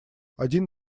один